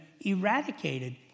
eradicated